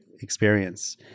experience